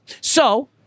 So-